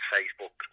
Facebook